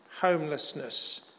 homelessness